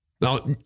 Now